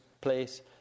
place